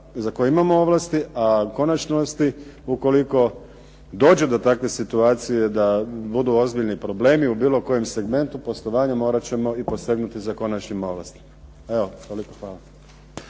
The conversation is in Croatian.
do koje imamo za to ovlasti a u konačnosti ukoliko dođe do takve situacije da budu ozbiljni problemi u bilo kojem segmentu poslovanja morat ćemo i posegnuti za konačnim ovlastima. Toliko. Hvala.